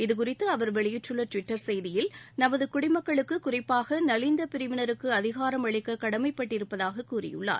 இதுகுறித்து அவர் வெளியிட்டுள்ள டுவிட்டர் செய்தியில் நமது குடிமக்களுக்கு குறிப்பாக நலிந்த பிரிவினருக்கு அதிகாரம் அளிக்க கடமைப்பட்டிருப்பதாக கூறியுள்ளார்